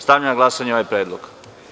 Stavljam na glasanje ovaj predlog.